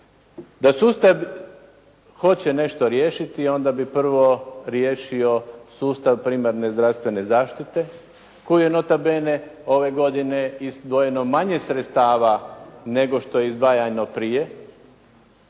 Da sustav hoće nešto riješiti, onda bi prvo riješio sustav primarne zdravstvene zaštite, koju je nota bene ove godine izdvojeno manje sredstava nego što je izdvajano prije,